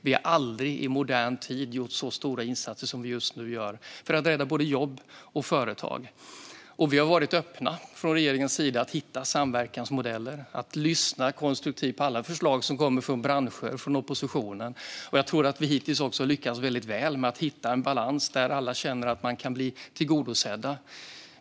Vi har aldrig i modern tid gjort så stora insatser som vi just nu gör för att rädda jobb och företag. Vi har från regeringens sida varit öppna för att hitta samverkansmodeller och lyssna konstruktivt på alla förslag från branscher och från oppositionen. Jag tror att vi hittills har lyckats väldigt väl med att hitta en balans där alla känner att deras önskemål kan bli tillgodosedda.